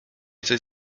coś